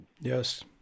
yes